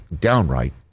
downright